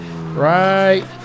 Right